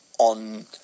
on